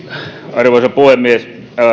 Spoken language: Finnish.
arvoisa puhemies